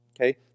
Okay